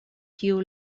kiu